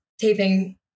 taping